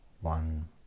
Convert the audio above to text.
one